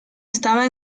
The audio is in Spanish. estaba